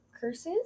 curses